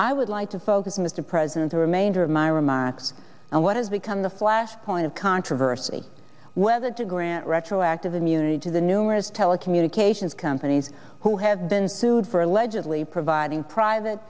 i would like to focus mr president the remainder of my remarks and what has become the flashpoint of controversy whether to grant retroactive immunity to the numerous telecommunications companies who have been sued for allegedly providing private